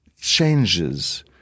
changes